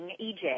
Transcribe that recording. EJ